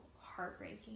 heartbreaking